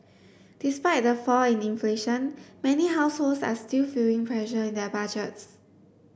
despite the fall in inflation many households are still feeling pressure in their budgets